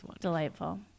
delightful